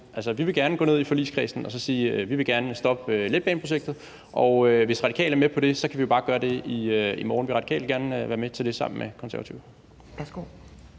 Vi vil gerne gå ned i forligskredsen og sige: Vi vil gerne stoppe letbaneprojektet. Hvis Radikale er med på det, kan vi jo bare gøre det i morgen. Vil Radikale gerne være med til det sammen med Konservative?